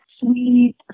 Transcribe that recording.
sweet